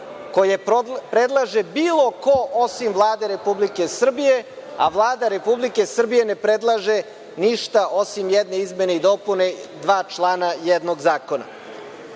koje predlaže bilo ko osim Vlade Republike Srbije, Vlada Republike Srbije ne predlaže ništa osim jedne izmene i dopune dva člana jednog zakona. Ja